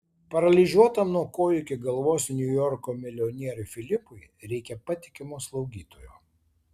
paralyžiuotam nuo kojų iki galvos niujorko milijonieriui filipui reikia patikimo slaugytojo